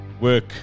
work